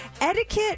etiquette